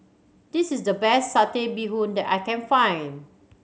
this is the best Satay Bee Hoon that I can find